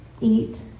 eat